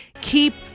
keep